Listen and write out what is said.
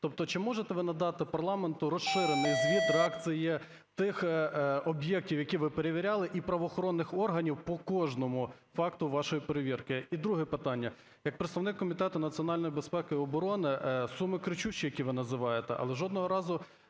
Тобто, чи можете ви надати парламенту розширений звіт реакції тих об'єктів, які ви перевіряли і правоохоронних органів по кожному факту вашої перевірки? І друге питання. Як представник Комітету національної безпеки і оборони, суми кричущі, які ви називаєте, але жодного разу